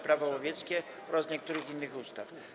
Prawo łowieckie oraz niektórych innych ustaw.